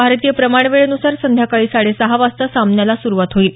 भारतीय प्रमाण वेळेनुसार संध्याकाळी साडेसहा वाजता सामन्याला सुरुवात होईल